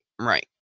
right